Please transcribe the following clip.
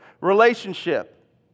relationship